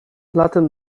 latem